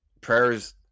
prayers